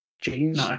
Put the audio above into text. jeans